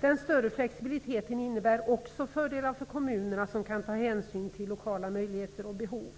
Den större flexibiliten innebär också fördelar för kommunerna, som kan ta hänsyn till lokala möjligheter och behov.